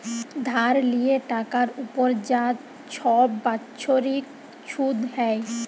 ধার লিয়ে টাকার উপর যা ছব বাচ্ছরিক ছুধ হ্যয়